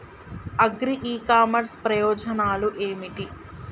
Agri e commerce ప్రయోజనాలు ఏమిటి?